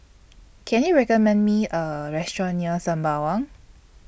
Can YOU recommend Me A Restaurant near Sembawang